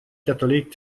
katholiek